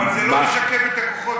אבל זה לא משקף את הכוחות.